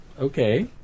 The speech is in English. Okay